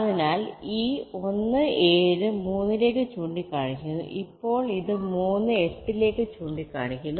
അതിനാൽ ഈ 1 7 3 ലേക്ക് ചൂണ്ടിക്കാണിക്കുന്നു ഇപ്പോൾ അത് 3 8 ലേക്ക് ചൂണ്ടിക്കാണിക്കുന്നു